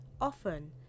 Often